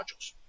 modules